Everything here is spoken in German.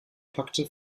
packte